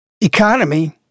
economy